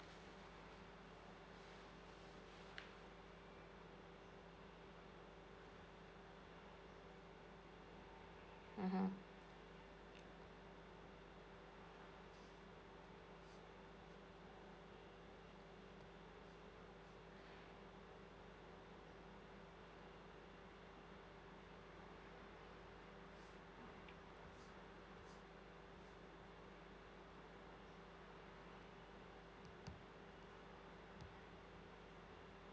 mmhmm